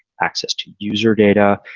access to user data,